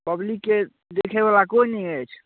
पब्लिकके देखैवला कोइ नहि अछि